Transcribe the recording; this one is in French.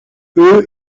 eux